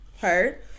Heard